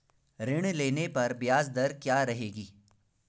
ऋण लेने पर ब्याज दर क्या रहेगी?